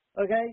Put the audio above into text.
Okay